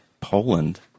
Poland